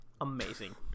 Amazing